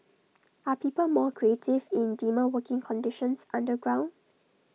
are people more creative in dimmer working conditions underground